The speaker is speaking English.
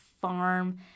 farm